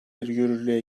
yürürlüğe